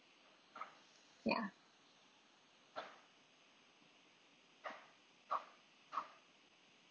ya